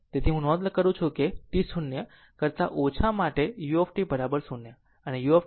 તેથી તેથી જ હું નોંધ કરું છું કે t 0 કરતા ઓછા માટે u 0 અને u 1 એ 0 કરતા વધારે t માટે છે